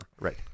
Right